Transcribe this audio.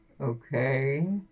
Okay